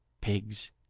pigs